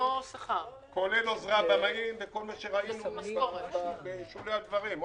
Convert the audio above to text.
כולל עוזרי במאים וכל מה שראינו בשולי הדברים.